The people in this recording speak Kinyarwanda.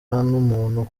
umuntu